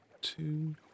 two